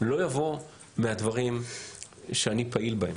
לא יבוא מהדברים שאני פעיל בהם.